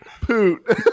Poot